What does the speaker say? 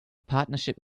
partnership